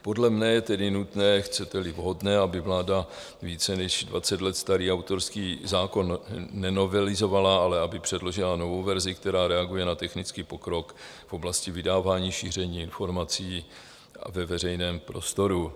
Podle mne je tedy nutné, chceteli vhodné, aby vláda více než dvacet let starý autorský zákon nenovelizovala, ale aby předložila novou verzi, která reaguje na technický pokrok v oblasti vydávání a šíření informací ve veřejném prostoru.